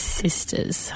sisters